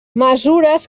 mesures